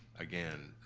again,